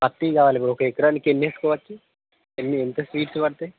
పత్తివి కావాలి బ్రో ఒక ఎకరానికి ఎన్ని వేసుకోవచ్చు ఎన్ని ఎంత సీడ్స్ పడతాయి